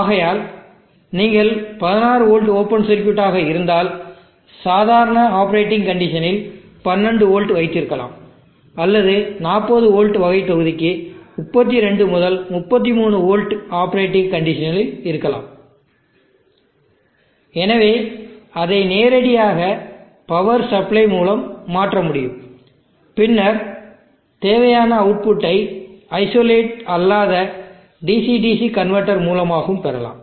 ஆகையால் நீங்கள் 16 volt open circuit ஆக இருந்தால் சாதாரண ஆப்பரேட்டிங் கண்டிஷனில் 12 வோல்ட் வைத்திருக்கலாம் அல்லது 40 வோல்ட் வகை தொகுதிக்கு 32 முதல் 33 வோல்ட் ஆப்பரேட்டிங் கண்டிஷனில் இருக்கலாம் எனவே அதை நேரடியாக பவர் சப்ளை மூலம் மாற்ற முடியும் பின்னர் தேவையான அவுட்புட்டை ஐசோலேட்டடு அல்லாத DC DC கன்வெர்ட்டர் மூலமாகவும் பெறலாம்